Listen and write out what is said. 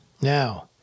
Now